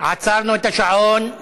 עצרנו את השעון.